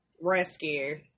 rescue